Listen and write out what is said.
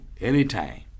anytime